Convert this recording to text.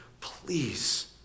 please